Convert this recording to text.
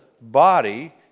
body